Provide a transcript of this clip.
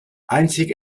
einzig